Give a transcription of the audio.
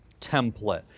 template